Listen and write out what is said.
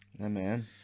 Amen